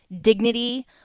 dignity